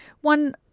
One